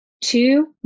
Two